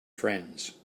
friends